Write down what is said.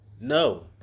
No